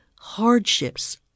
hardships